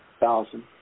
thousand